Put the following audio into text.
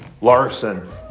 Larson